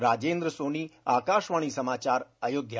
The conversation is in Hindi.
राजेंद्र सोनी आकाशवाणी समाचार अयोध्या